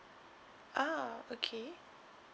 ah okay